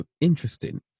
interesting